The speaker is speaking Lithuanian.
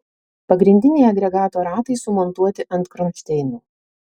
pagrindiniai agregato ratai sumontuoti ant kronšteinų